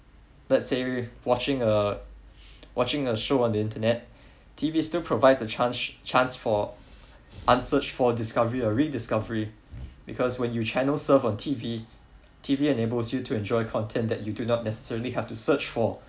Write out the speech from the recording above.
let say watching a watching a show on the internet T_V still provide a chance a chance for answers for discovery a re discovery because when you channel surf on a T_V T_V enables you to enjoy content that you do not necessarily have to search for